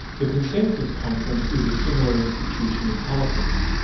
the consensus conference is a similar institution in politics.